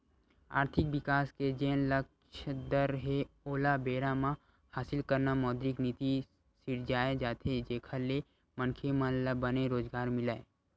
आरथिक बिकास के जेन लक्छ दर हे ओला बेरा म हासिल करना मौद्रिक नीति सिरजाये जाथे जेखर ले मनखे मन ल बने रोजगार मिलय